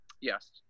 Yes